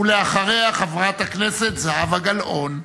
אחריה, חברת הכנסת זהבה גלאון.